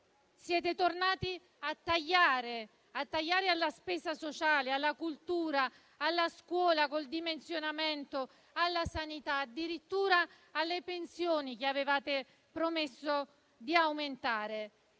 Siete tornati a tagliare: alla spesa sociale, alla cultura, alla scuola (con il dimensionamento), alla sanità e, addirittura, alle pensioni, che avevate promesso di aumentare.